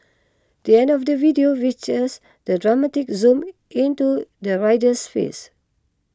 the end of the video features the dramatic zoom into the rider's face